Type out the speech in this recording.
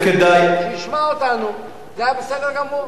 שישמע אותנו, זה היה בסדר גמור.